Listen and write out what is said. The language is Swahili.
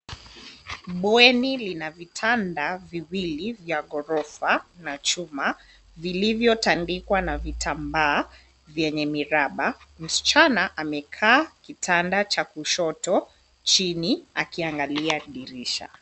Bweni lina vitanda viwili vya gorofa na chuma vilivyotandikwa na vitambaa vyenye miraba. Msichana amekaa kitanda cha kushoto chini akiangalia dirisha.